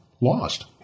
lost